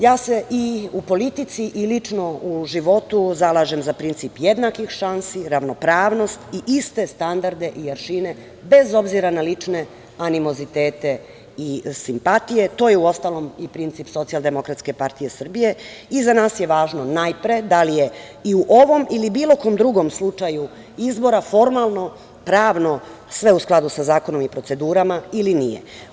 Ja se u politici, a i lično u životu, zalažem za princip jednakih šansi, ravnopravnost i iste standarde i aršine, bez obzira na lične animozitete i simpatije i to je uostalom i princip SDPS, i za nas je važno najpre, da li je, i u ovom i u bilo kom drugom slučaju, izbora formalno pravno, sve u skladu sa zakonom i procedurama ili nije.